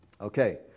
Okay